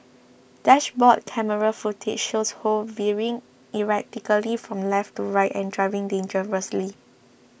dashboard camera footage shows Ho veering erratically from left to right and driving dangerously